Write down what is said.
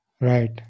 Right